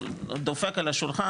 הוא דופק על השולחן,